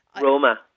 Roma